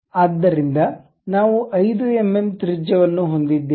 ಆದ್ದರಿಂದ ನಾವು 5 ಎಂಎಂ ತ್ರಿಜ್ಯವನ್ನು ಹೊಂದಿದ್ದೇವೆ